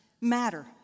matter